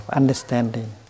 understanding